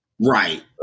Right